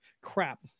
crap